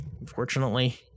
unfortunately